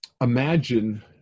Imagine